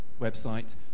website